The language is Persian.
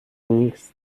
نیست